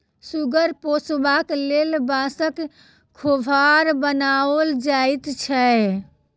सुगर पोसबाक लेल बाँसक खोभार बनाओल जाइत छै